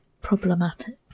Problematic